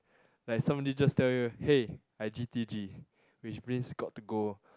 like somebody just tell you hey I G_T_G which means got to go